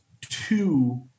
two